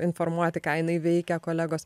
informuoti ką jinai veikia kolegos